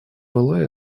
была